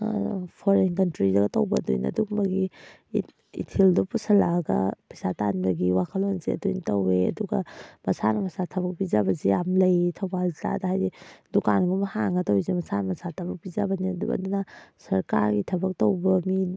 foreign ꯀꯟꯇ꯭ꯔꯤꯗꯒ ꯇꯧꯕ ꯑꯗꯨꯃꯥꯏꯅ ꯑꯗꯨꯒꯨꯝꯕꯒꯤ ꯏꯊꯤꯜꯗꯨ ꯄꯨꯁꯜꯂꯛꯑꯒ ꯄꯩꯁꯥ ꯇꯥꯟꯕꯒꯤ ꯋꯥꯈꯜꯂꯣꯟꯁꯦ ꯑꯗꯨꯃꯥꯏꯅ ꯇꯧꯋꯦ ꯑꯗꯨꯒ ꯃꯁꯥꯅ ꯃꯁꯥ ꯊꯕꯛ ꯄꯤꯖꯕꯁꯦ ꯌꯥꯝ ꯂꯩꯔꯤ ꯊꯧꯕꯥꯜ ꯖꯤꯜꯂꯥꯗ ꯍꯥꯏꯗꯤ ꯗꯨꯀꯥꯟꯒꯨꯝꯕ ꯍꯥꯡꯉ ꯇꯧꯔꯤꯁꯦ ꯃꯁꯥꯅ ꯃꯁꯥ ꯊꯕꯛ ꯄꯤꯖꯕꯅꯦ ꯑꯗꯨꯒ ꯑꯗꯨꯅ ꯁꯔꯀꯥꯔꯒꯤ ꯊꯕꯛ ꯇꯧꯕ ꯃꯤ